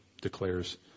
declares